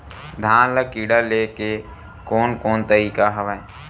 धान ल कीड़ा ले के कोन कोन तरीका हवय?